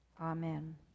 Amen